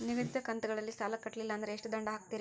ನಿಗದಿತ ಕಂತ್ ಗಳಲ್ಲಿ ಸಾಲ ಕಟ್ಲಿಲ್ಲ ಅಂದ್ರ ಎಷ್ಟ ದಂಡ ಹಾಕ್ತೇರಿ?